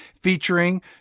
featuring